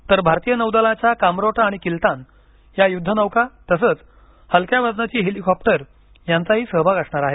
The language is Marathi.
तर भारतीय नौदलाच्या कामोरटा आणि किलतान या युद्ध नौका तसंच हलक्या वजनाची हेलीकॉपटर यांचाही सहभाग असणार आहे